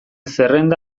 zerrenda